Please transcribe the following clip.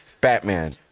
Batman